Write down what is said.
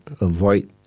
avoid